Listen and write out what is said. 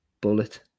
bullet